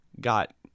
got